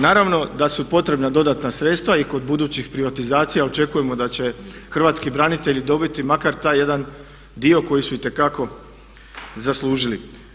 Naravno da su potrebna dodatna sredstva i kod budućih privatizacija očekujemo da će Hrvatski branitelji dobiti makar taj jedan dio koji su itekako zaslužili.